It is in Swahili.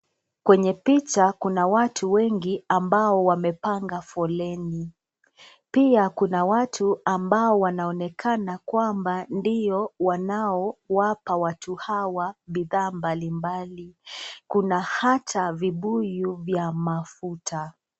Kwenye picha kuna watu wengi ambao wamepanga foleni. Pia kuna watu ambao wanaonekana kwamba ndio wanaowapa watu hawa bidhaa mbalimbali. Kuna hata vibuyu ya mafuta.